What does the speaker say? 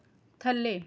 ਥੱਲੇ